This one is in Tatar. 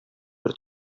бер